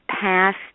past